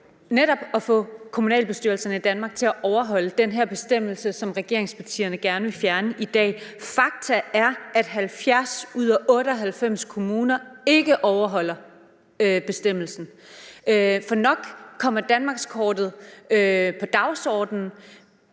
netop at få kommunalbestyrelserne i Danmark til at overholde den her bestemmelse, som regeringspartierne gerne vil fjerne i dag. Fakta er, at 70 ud af 98 kommuner ikke overholder bestemmelsen. For nok kommer danmarkskort på dagsordenen,